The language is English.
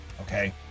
okay